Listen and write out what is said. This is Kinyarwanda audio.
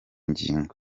ngingo